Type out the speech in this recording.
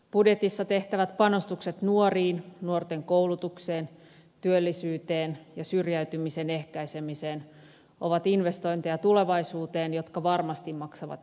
budjetissa tehtävät panostukset nuoriin nuorten koulutukseen työllisyyteen ja syrjäytymisen ehkäisemiseen ovat investointeja tulevaisuuteen jotka varmasti maksavat itsensä takaisin